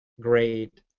great